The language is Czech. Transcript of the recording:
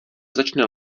začne